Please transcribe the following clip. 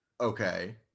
Okay